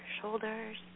shoulders